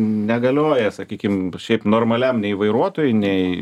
negalioja sakykim šiaip normaliam nei vairuotojui nei